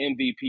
MVP